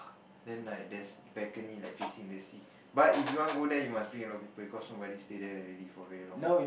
then like there's balcony like facing the sea but if you want to go there you must bring a lot of people cause nobody stay there already for very long